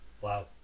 Wow